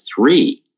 three